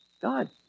God